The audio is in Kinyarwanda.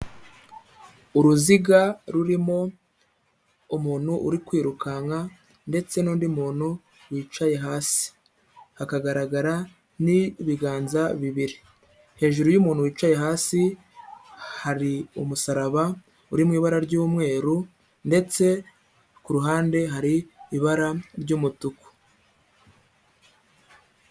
Uruziga rurimo umuntu uri kwirukanka ndetse n'undi muntu wicaye hasi, hakagaragara n'ibiganza bibiri, hejuru y'umuntu wicaye hasi hari umusaraba uri mu ibara ry'umweru ndetse ku ruhande hari ibara ry'umutuku.